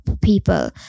people